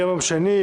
היום יום שני,